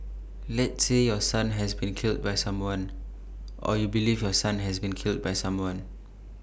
let's say your son has been killed by someone or you believe your son has been killed by someone